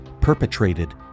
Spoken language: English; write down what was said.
perpetrated